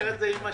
אחרת זה יימשך.